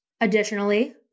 Additionally